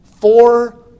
four